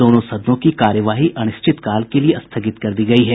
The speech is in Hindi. दोनों सदनों की कार्यवाही अनिश्चितकाल के लिए स्थगित कर दी गई है